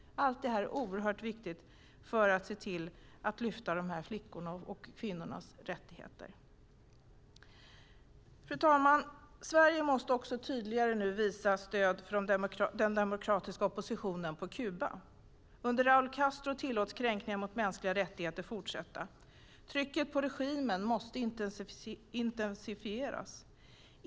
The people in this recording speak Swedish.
Allt detta är oerhört viktigt för att se till att lyfta fram dessa flickors och kvinnors rättigheter. Fru talman! Sverige måste nu tydligare visa stöd för den demokratiska oppositionen på Kuba. Under Raúl Castro tillåts kränkningar mot mänskliga rättigheter fortsätta. Trycket på regimen måste intensifieras.